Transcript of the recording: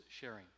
sharing